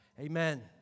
amen